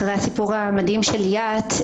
אחרי הסיפור המדהים של ליאת,